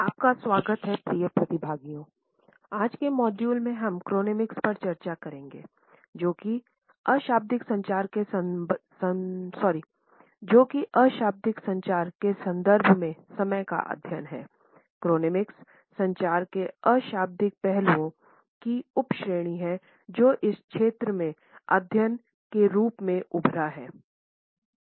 आपका स्वागत है प्रिय प्रतिभागियों आज के मॉड्यूल में हम क्रोनेमिक्स संचार के अशाब्दिक पहलुओं की उपश्रेणी है जो इस क्षेत्र में अध्ययन के रूप में उभरा है